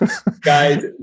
Guys